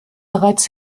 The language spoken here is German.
bereits